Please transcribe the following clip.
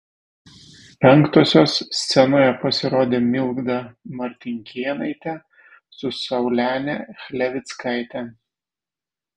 penktosios scenoje pasirodė milda martinkėnaitė su saulene chlevickaite